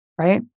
right